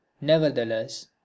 nevertheless